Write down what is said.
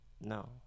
no